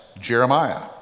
Jeremiah